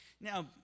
Now